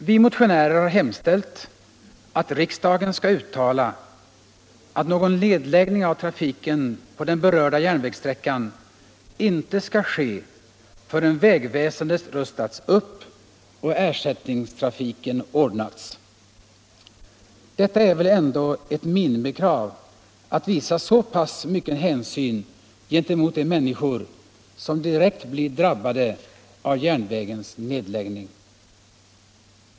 Vi motionärer har hemställt att riksdagen skall uttala, att någon nedläggning av trafiken på den berörda järnvägssträckan inte skall ske förrän vägväsendet rustats upp och ersättningstrafiken ordnats. Det är väl ändå ett minimikrav att visa så pass mycket hänsyn gentemot de människor som direkt blir drabbade av järnvägens nedläggning.